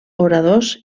oradors